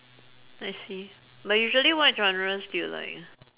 I see but usually what genres do you like